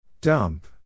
Dump